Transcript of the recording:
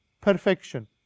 perfection